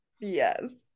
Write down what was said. Yes